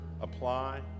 apply